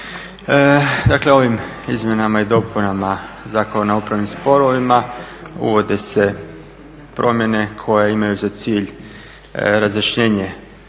Dakle ovim izmjenama i dopunama Zakona o upravnim sporovima uvode se promjene koje imaju za cilj razjašnjenje